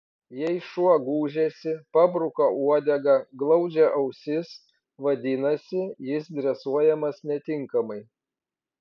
jei šuo gūžiasi pabruka uodegą glaudžia ausis vadinasi jis dresuojamas netinkamai